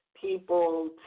people